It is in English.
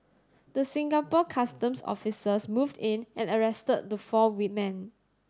the Singapore Customs officers moved in and arrested the four wemen